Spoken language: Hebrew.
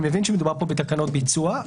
אני מבין שמדובר פה בתקנות ביצוע.